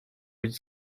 być